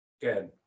good